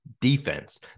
defense